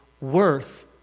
worth